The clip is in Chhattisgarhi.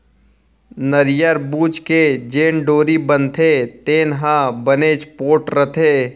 नरियर बूच के जेन डोरी बनथे तेन ह बनेच पोठ रथे